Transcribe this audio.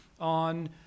On